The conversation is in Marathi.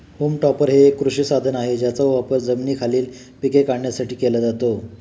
होम टॉपर हे एक कृषी साधन आहे ज्याचा वापर जमिनीखालील पिके काढण्यासाठी केला जातो